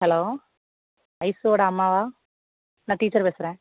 hello ஐஸோடய அம்மாவா நான் டீச்சர் பேசுகிறேன்